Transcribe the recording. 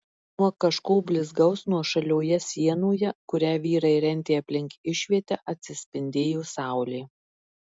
nuo kažko blizgaus nuošalioje sienoje kurią vyrai rentė aplink išvietę atsispindėjo saulė